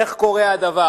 איך קורה הדבר,